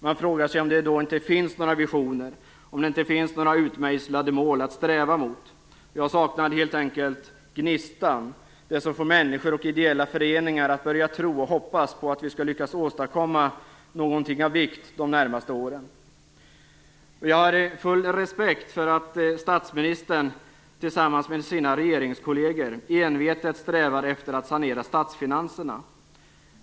Man frågar sig om det inte finns några visioner, några utmejslade mål att sträva efter. Jag saknar helt enkelt gnistan, det som får människor och ideella föreningar att börja tro och hoppas på att vi skall lyckas åstadkomma någonting av vikt de närmaste åren. Jag har full respekt för att statsministern tillsammans med sina regeringskolleger envetet strävar efter att sanera statsfinanserna.